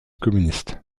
communiste